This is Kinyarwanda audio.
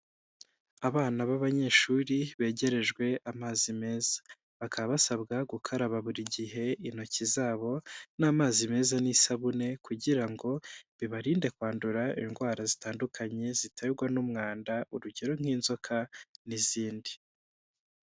Abana b'abanyeshuri begerejwe amazi meza, bakaba basabwa gukaraba buri gihe intoki zabo n'amazi meza n'isabune kugira ngo bibarinde kwandura indwara zitandukanye ziterwa n'umwanda, urugero nk'inzoka n'izindi.